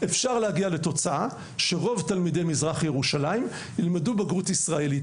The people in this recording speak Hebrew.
לתוצאה שרוב תלמידי מזרח ירושלים ילמדו בגרות ישראלית.